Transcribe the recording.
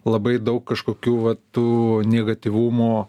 labai daug kažkokių vat tų niegatyvumo